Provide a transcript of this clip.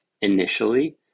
initially